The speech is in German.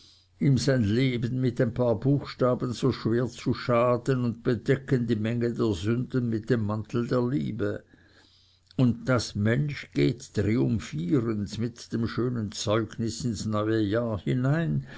sein lebtag mir ein paar buchstaben so schwer zu schaden und bedecken die menge der sünden mit dem mantel der liebe und das mensch geht triumphierend mit dem schönen zeugnis ins neue jahr hinein